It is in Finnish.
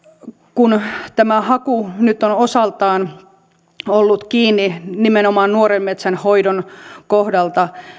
kun tämä haku nyt on osaltaan ollut kiinni nimenomaan nuoren metsän hoidon kohdalta